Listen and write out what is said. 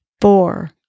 four